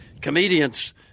Comedians